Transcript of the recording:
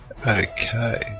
Okay